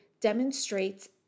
demonstrates